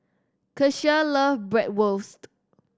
Keshia love Bratwurst